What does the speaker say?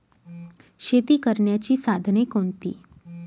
शेती करण्याची साधने कोणती?